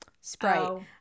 Sprite